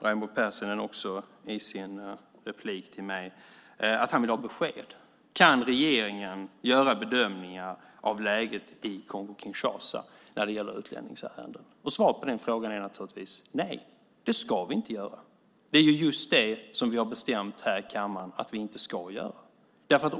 Raimo Pärssinen säger till mig i sitt inlägg att han vill ha besked. Kan regeringen göra bedömningar av läget i Kongo-Kinshasa i utlänningsärenden? Svaret på den frågan är naturligtvis nej. Det ska vi inte göra. Det är just det vi har bestämt här i kammaren att regeringen inte ska göra.